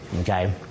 Okay